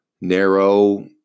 narrow